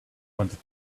wanted